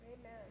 Amen